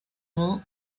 nom